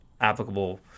applicable